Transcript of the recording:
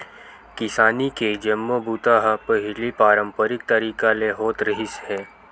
किसानी के जम्मो बूता ह पहिली पारंपरिक तरीका ले होत रिहिस हे